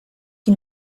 qui